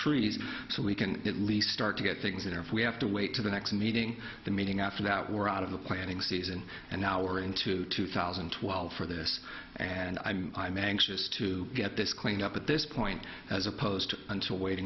trees so we can at least start to get things in there if we have to wait to the next meeting the meeting after that we're out of the planning season and now we're into two thousand and twelve for this and i'm i'm anxious to get this cleaned up at this point as opposed to